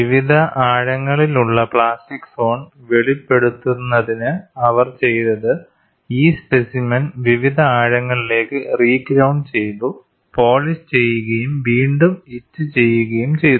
വിവിധ ആഴങ്ങളിൽ ഉള്ള പ്ലാസ്റ്റിക് സോൺ വെളിപ്പെടുത്തുന്നതിന് അവർ ചെയ്തത് ഈ സ്പെസിമെൻ വിവിധ ആഴങ്ങളിലേക്ക് റീഗ്രൌണ്ട് ചെയ്തു പോളിഷ് ചെയ്യുകയും വീണ്ടും ഇച്ച് ചെയ്യുകയും ചെയ്തു